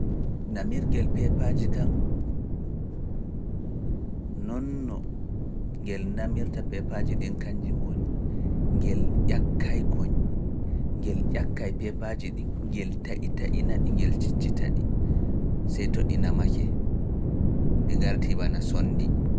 Namirgel peepaaji kan, non no ngel namirta peepaaji ɗin kanjun woni, ngel ƴakkai koñ, ngel ƴakkai peepaaji ɗin, ngel taƴi-taƴina ɗi, ngel ciccita ɗi, seyto ɗi namake, ɗi garti banaa sonndi.